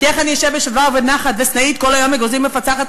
כי איך אני אשב בשלווה ובנחת וסנאית כל היום אגוזים מפצחת?